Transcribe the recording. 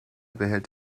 behält